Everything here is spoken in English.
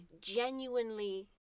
genuinely